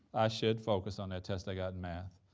i should focus on that test i got in math,